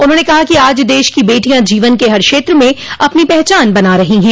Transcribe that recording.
उन्होंने कहा कि आज देश की बेटियां जीवन के हर क्षेत्र में अपनी पहचान बना रही हैं